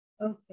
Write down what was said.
okay